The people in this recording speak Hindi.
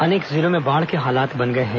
अनेक जिलों में बाढ़ के हालात बन गए हैं